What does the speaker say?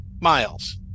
miles